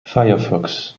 firefox